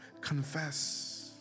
confess